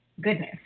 goodness